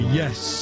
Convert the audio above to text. yes